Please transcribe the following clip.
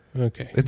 Okay